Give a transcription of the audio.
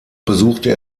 besuchte